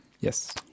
yes